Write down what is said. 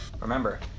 Remember